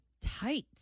tights